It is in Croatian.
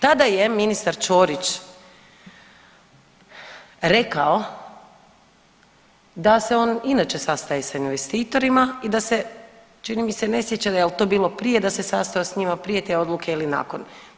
Tada je ministar Ćorić rekao da se on inače sastaje sa investitorima i da se čini mi se ne sjeća da jel to bilo prije da se sastao s njima, prije te odluke ili nakon.